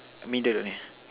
middle only